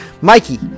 Mikey